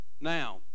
Now